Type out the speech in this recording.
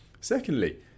secondly